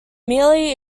merely